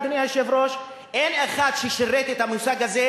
אדוני היושב-ראש,